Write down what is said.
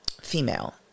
female